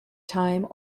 time